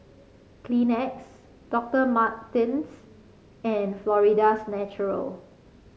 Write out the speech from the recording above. Kleenex Doctor Martens and Florida's Natural